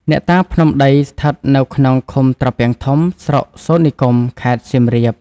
អ្នកតាភ្នំដីស្ថិតនៅក្នុងឃុំត្រពាំងធំ ស្រុកសូទ្រនិគម ខេតខេត្តសៀម។